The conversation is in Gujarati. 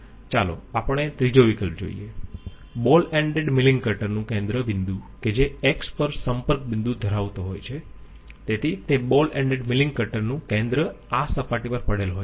ચાલો આપણે ત્રીજો વિકલ્પ જોઈયે બોલ એન્ડેડ મીલીંગ કટર નું કેન્દ્ર બિંદુ કે જે X પર સંપર્ક બિંદુ ધરાવતો હોય છે તેથી તે બોલ એન્ડેડ મીલીંગ કટર નું કેન્દ્ર આ સપાટી પર પડેલ હોય છે